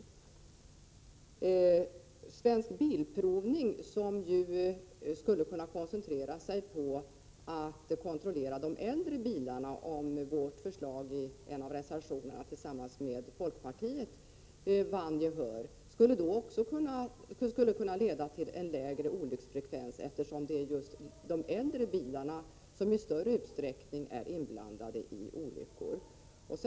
Om Svensk Bilprovning koncentrerade sig på att — såsom skulle kunna bli fallet om förslaget i en reservation som vi har tillsammans med folkpartiet vinner gehör — kontrollera de äldre bilarna, skulle detta leda till en lägre olycksfrekvens, eftersom de äldre bilarna i större utsträckning är inblandade i olyckor.